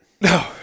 no